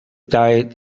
diet